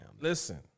Listen